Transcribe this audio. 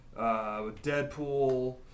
Deadpool